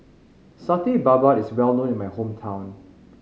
Satay Babat is well known in my hometown